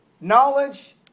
knowledge